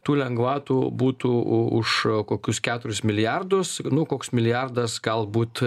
tų lengvatų būtų už kokius keturis milijardus nu koks milijardas galbūt